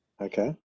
okay